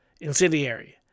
Incendiary